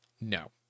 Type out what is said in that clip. No